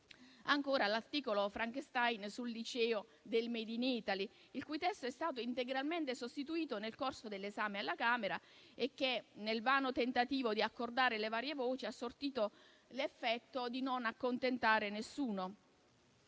Ancora, vi è l'articolo "Frankenstein" sul liceo del *made in Italy*, il cui testo è stato integralmente sostituito nel corso dell'esame alla Camera e che, nel vano tentativo di accordare le varie voci, ha sortito l'effetto di non accontentare nessuno.